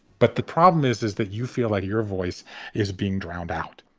but the problem is, is that you feel like your voice is being drowned out